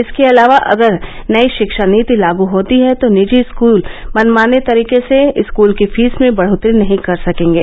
इसके अलावा अगर नई शिक्षा नीति लागू होती है तो निजी स्कृल मनमाने तरीके से स्कृल की फीर्स में बढ़ोतरी नहीं कर सकेंगे